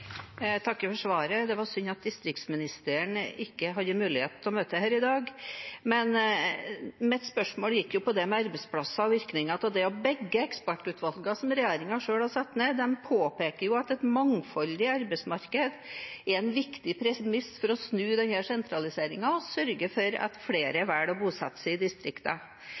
takker for svaret. Det er synd at distriktsministeren ikke hadde mulighet til å møte her i dag. Mitt spørsmål gikk på det med arbeidsplasser og virkningene av det. Begge ekspertutvalgene som regjeringen selv har satt ned, påpeker at et mangfoldig arbeidsmarked er en viktig premiss for å snu sentraliseringen og sørge for at flere velger å bosette seg i